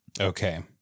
Okay